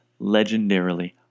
legendarily